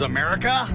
America